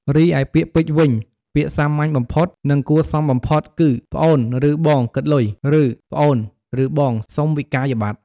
រីឯពាក្យពេចន៍វិញ ពាក្យសាមញ្ញបំផុត និងគួរសមបំផុតគឺ "ប្អូនឬបង គិតលុយ!" ឬ "ប្អូនឬបង សុំវិក្កយបត្រ!"។